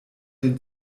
den